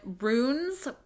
runes